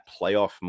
playoff